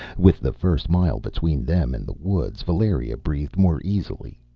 with the first mile between them and the woods, valeria breathed more easily.